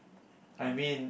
I mean